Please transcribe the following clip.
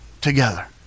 together